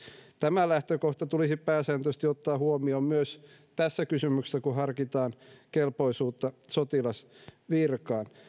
tämä lähtökohta tulisi pääsääntöisesti ottaa huomioon myös tässä kysymyksessä kun harkitaan kelpoisuutta sotilasvirkaan